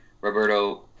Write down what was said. Roberto